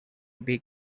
big